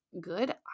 good